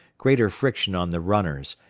greater friction on the runners,